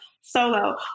solo